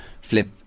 flip